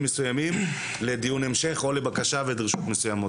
מסוימים לדיון המשך או לבקשה ודרישות מסוימות.